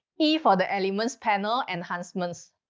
e for the elements panel enhancements.